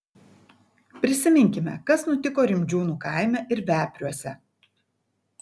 prisiminkime kas nutiko rimdžiūnų kaime ir vepriuose